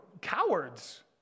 cowards